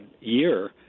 year